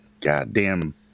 goddamn